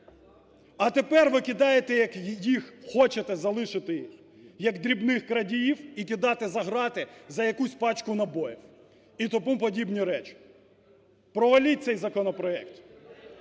А тепер ви кидаєте їх, хочете залишити їх як дрібних крадіїв і кидати за грати за якусь пачку набоїв і тому подібні речі. Проваліть цей законопроект.